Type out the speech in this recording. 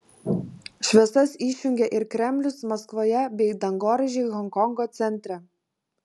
šviesas išjungė ir kremlius maskvoje bei dangoraižiai honkongo centre